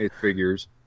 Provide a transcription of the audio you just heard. figures